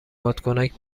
بادکنک